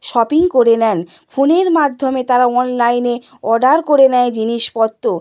shopping করে নেন ফোনের মাধ্যমে তারা অনলাইনে অর্ডার করে নেয় জিনিসপত্র